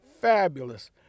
fabulous